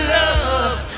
love